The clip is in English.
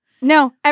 no